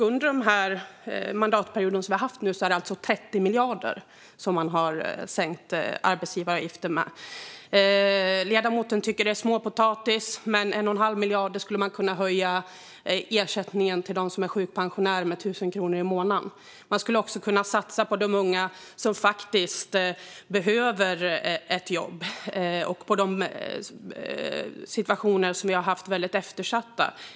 Under denna mandatperiod har arbetsgivaravgiften sänkts med 30 miljarder. Ledamoten tycker att det är småpotatis, men för 1 1⁄2 miljard skulle man kunna höja ersättningen med 1 000 kronor i månaden för sjukpensionärerna. Man skulle också kunna satsa på de unga som behöver ett jobb och på de situationer där det är väldigt eftersatt.